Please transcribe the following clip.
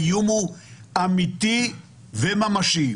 האיום הוא אמיתי וממשי.